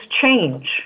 change